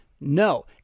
No